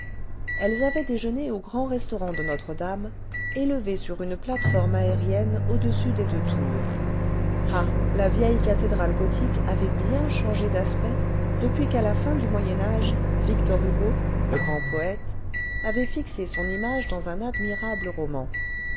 elles avaient déjeuné au grand restaurant de notre-dame élevé sur une plate forhie aérienne au-dessus des deux tours ah la vieille cathédrale gothique avait bien changé d'aspect depuis qu'à la fin du moyen âge victor hugo le grand poète avait fixé son image dans un admirable roman